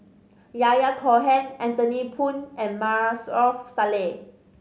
Yahya Cohen Anthony Poon and Maarof Salleh